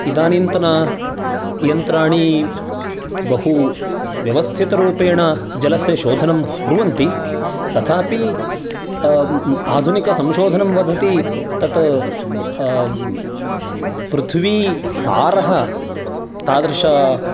इदानीन्तन यन्त्राणि बहु व्यवस्थितरूपेण जलस्य शोधनं कुर्वन्ति तथापि आधुनिकसंशोधनं वदति तत् पृथवी सारः तादृशः